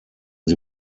sie